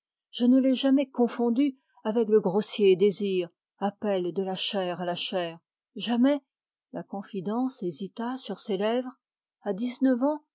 je ne l'ai jamais confondu avec le grossier désir appel de la chair à la chair jamais la confidence hésita sur ses lèvres à dix-neuf ans